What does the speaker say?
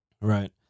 Right